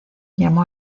llamó